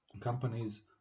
companies